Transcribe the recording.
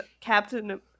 Captain